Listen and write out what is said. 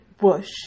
bush